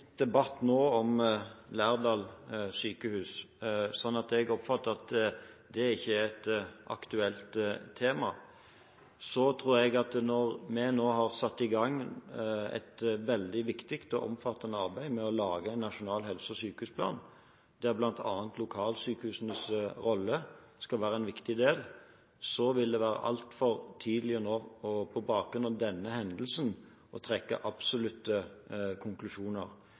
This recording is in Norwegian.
debatt nå om Lærdal sjukehus, så jeg oppfatter at det ikke er et aktuelt tema. Vi har nå satt i gang et veldig viktig og omfattende arbeid med å lage en nasjonal helse- og sykehusplan, der bl.a. lokalsykehusenes rolle skal være en viktig del. Så jeg tror det vil være altfor tidlig nå, på bakgrunn av denne hendelsen, å trekke absolutte konklusjoner.